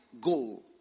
goal